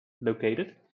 located